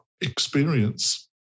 experience